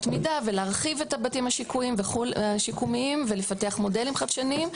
מידה ולהרחיב את הבתים השיקומיים ולפתח מודלים חדשניים,